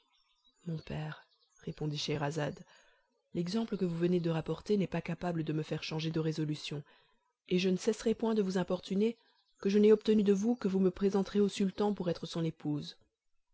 mon père répondit scheherazade l'exemple que vous venez de rapporter n'est pas capable de me faire changer de résolution et je ne cesserai point de vous importuner que je n'aie obtenu de vous que vous me présenterez au sultan pour être son épouse